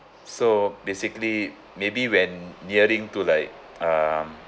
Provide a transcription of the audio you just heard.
so basically maybe when nearing to like um